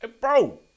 bro